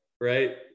Right